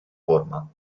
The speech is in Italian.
forma